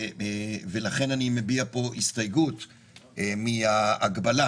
ולכן אני מביע פה הסתייגות מההגבלה,